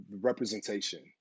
representation